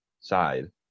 side